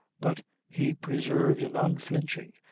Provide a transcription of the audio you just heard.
but he preserved an unflinching,